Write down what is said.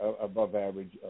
above-average